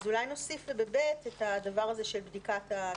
אז אולי נוסיף ב-(ב) את הדבר הזה של בדיקת התוקף.